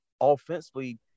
offensively